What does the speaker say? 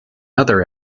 other